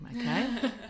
okay